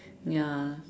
ya